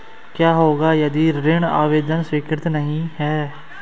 क्या होगा यदि ऋण आवेदन स्वीकृत नहीं है?